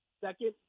second